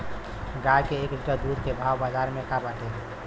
गाय के एक लीटर दूध के भाव बाजार में का बाटे?